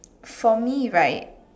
for me right